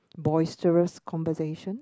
boisterous conversation